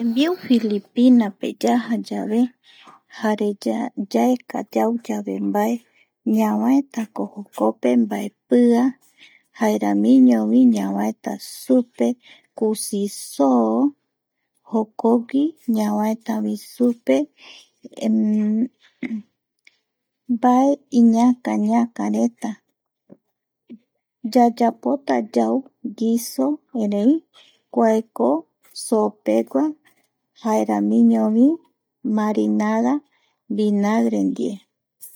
Tembiu Filipina pe yaja yave jare yaeka yau yave mbae, ñavaetako jokope mbaepia jaeramiñovi ñavaeta supe kusi soo jokogui ñavaetavi supe mbae iñakañakarea yayapota yau guiso erei kuaeko so pegua jaeramiñovi marinada vinagre ndie